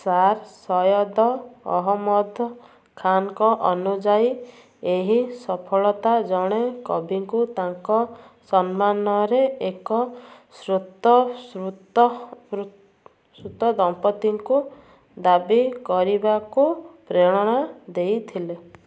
sir Syed Ahmad ଖାନଙ୍କ ଅନୁଯାୟୀ ଏହି ସଫଳତା ଜଣେ କବିଙ୍କୁ ତାଙ୍କ ସମ୍ମାନରେ ଏକ ସ୍ୱତଃସ୍ପୃତ ଦମ୍ପତିଙ୍କୁ ଦାବି କରିବାକୁ ପ୍ରେରଣା ଦେଇଥିଲା